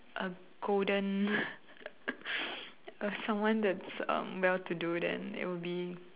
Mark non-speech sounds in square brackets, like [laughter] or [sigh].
A golden [laughs] a someone that's um well to do then it will be